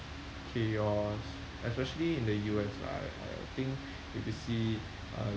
chaos especially in the U_S lah I I think if you see uh